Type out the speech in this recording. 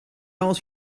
aus